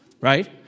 right